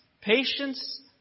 patience